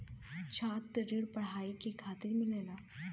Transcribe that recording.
छात्र ऋण पढ़ाई के खातिर मिलेला